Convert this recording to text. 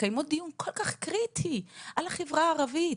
מקיימות דיון כל כך קריטי על החברה הערבית.